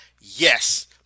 Yes